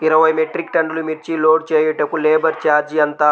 ఇరవై మెట్రిక్ టన్నులు మిర్చి లోడ్ చేయుటకు లేబర్ ఛార్జ్ ఎంత?